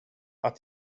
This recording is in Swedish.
att